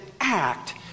act